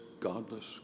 godless